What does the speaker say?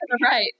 right